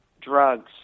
drugs